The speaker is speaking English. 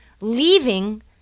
leaving